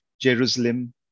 Jerusalem